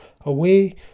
away